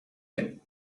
bin